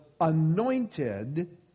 anointed